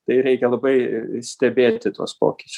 tai reikia labai stebėti tuos pokyčius